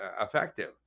effective